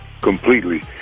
completely